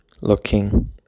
looking